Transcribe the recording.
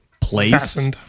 placed